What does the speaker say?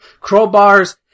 crowbars